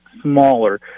smaller